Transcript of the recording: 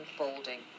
unfolding